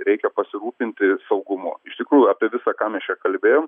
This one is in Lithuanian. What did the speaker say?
reikia pasirūpinti saugumu iš tikrųjų apie visa ką mes čia kalbėjom